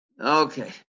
Okay